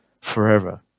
forever